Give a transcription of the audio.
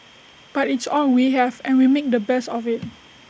but it's all we have and we make the best of IT